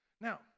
Now